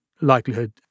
likelihood